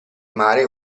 mare